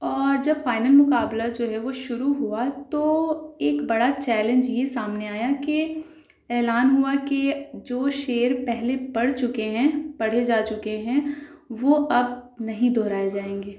اور جب فائنل مقابلہ جو ہے وہ شروع ہوا تو ایک بڑا چیلنج یہ سامنے آیا کہ اعلان ہوا کہ جو شعر پہلے پڑھ چکے ہیں پڑھے جا چکے ہیں وہ اب نہیں دہرائے جائیں گے